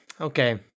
Okay